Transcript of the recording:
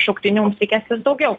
šauktinių mus reikės vis daugiau